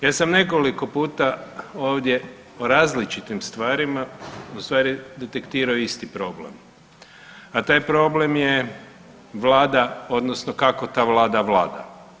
Ja sam nekoliko puta ovdje o različitim stvarima ustvari detektirao isti problem, a taj problem je Vlada odnosno kako ta Vlada vlada.